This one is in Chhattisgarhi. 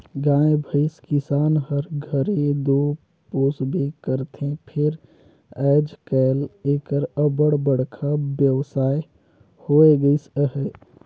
गाय भंइस किसान हर घरे दो पोसबे करथे फेर आएज काएल एकर अब्बड़ बड़खा बेवसाय होए गइस अहे